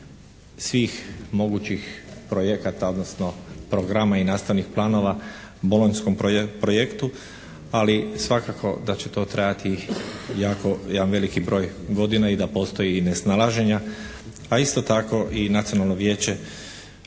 svih mogućih projekata, odnosno programa i nastavnih planova u bolonjskom projektu, ali svakako da će to trajati jako, jedan veliki broj godina i da postoje i nesnalaženja, a isto tako i Nacionalno vijeće